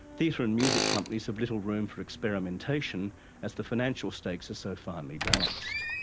theatre and music companies have little room for experimentation as the financial stakes are so finely balanced.